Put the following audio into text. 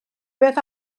beth